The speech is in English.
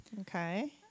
Okay